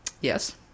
Yes